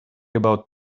about